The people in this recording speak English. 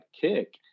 kick